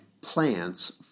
plants